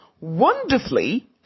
wonderfully